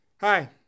Hi